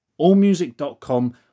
Allmusic.com